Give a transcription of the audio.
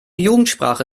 jugendsprache